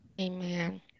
Amen